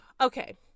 Okay